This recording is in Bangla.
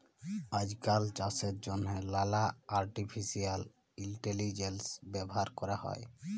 আইজকাল চাষের জ্যনহে লালা আর্টিফিসিয়াল ইলটেলিজেলস ব্যাভার ক্যরা হ্যয়